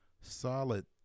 solid